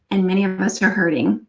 and many of us are hurting.